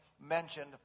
mentioned